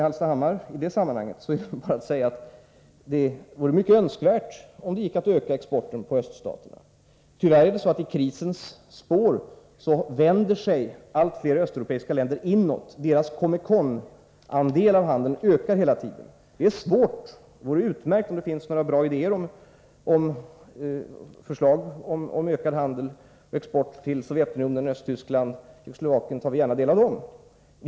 I detta sammanhang vill jag till Hans Petersson i Hallstahammar säga att det vore högst önskvärt med en ökning av exporten till öststaterna. Tyvärr vänder sig, i krisens spår, allt fler östeuropeiska länder inåt. COMECON andelen i deras handel ökar hela tiden. Det är svårt att bryta den utvecklingen. Det vore utmärkt om det fanns några bra förslag till hur vi skulle kunna öka exporten till Sovjetunionen, Östtyskland och Tjeckoslovakien. Vi tar gärna del av sådana idéer.